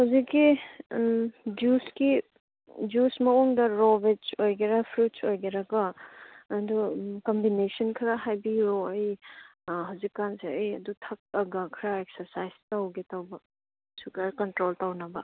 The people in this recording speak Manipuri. ꯍꯧꯖꯤꯛꯀꯤ ꯖꯨꯁꯀꯤ ꯖꯨꯁ ꯃꯑꯣꯡꯗ ꯔꯣ ꯕꯦꯖ ꯑꯣꯏꯒꯦꯔꯥ ꯐ꯭ꯔꯨꯠꯁ ꯑꯣꯏꯒꯦꯔꯀꯣ ꯑꯗꯨ ꯀꯝꯕꯤꯅꯤꯁꯟ ꯈꯔ ꯍꯥꯏꯕꯤꯎ ꯑꯩ ꯍꯧꯖꯤꯛ ꯀꯥꯟꯁꯦ ꯑꯩ ꯑꯗꯨ ꯊꯛꯂꯒ ꯈꯔ ꯑꯦꯛꯁꯔꯁꯥꯏꯁ ꯇꯧꯒꯦ ꯇꯧꯕ ꯁꯨꯒꯔ ꯀꯟꯇ꯭ꯔꯣꯜ ꯇꯧꯅꯕ